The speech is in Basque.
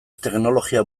teknologia